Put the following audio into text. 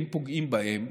אם פוגעים בהם,